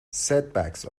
setbacks